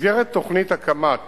במסגרת תוכנית הקמת